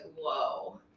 whoa